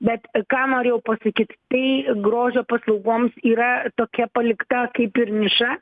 bet ką norėjau pasakyt tai grožio paslaugoms yra tokia palikta kaip ir niša